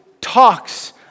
talks